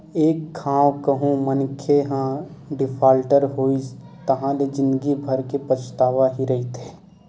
एक घांव कहूँ मनखे ह डिफाल्टर होइस ताहाँले ले जिंदगी भर के पछतावा ही रहिथे